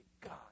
God